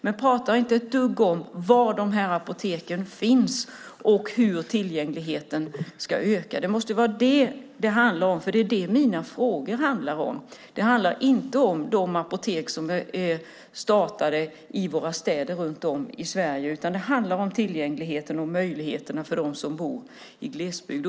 Men han talar inte ett dugg om var de här apoteken finns och hur tillgängligheten ska öka. Det måste vara vad det handlar om. Det är vad mina frågor handlar om. Det handlar inte om de apotek som är startade i våra städer runt om i Sverige. Det handlar om tillgängligheten och möjligheterna för dem som bor i glesbygd.